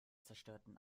zerstörten